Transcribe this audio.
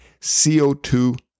CO2